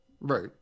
right